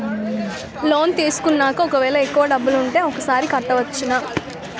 Loan తీసుకున్నాక ఒకవేళ ఎక్కువ డబ్బులు ఉంటే ఒకేసారి కట్టవచ్చున?